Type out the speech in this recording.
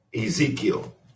Ezekiel